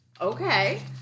Okay